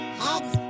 heads